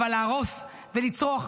אבל להרוס ולצרוח.